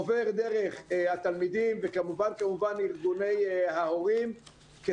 עובר דרך התלמידים וכמובן כמובן ארגוני ההורים וזאת